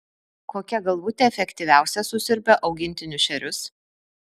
kokia galvutė efektyviausia susiurbia augintinių šerius